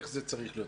איך זה צריך להיות.